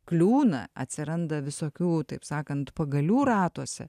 kliūna atsiranda visokių taip sakant pagalių ratuose